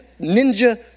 ninja